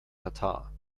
katar